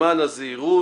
למען הזהירות,